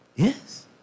yes